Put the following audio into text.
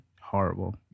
Horrible